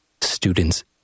students